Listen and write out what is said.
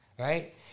Right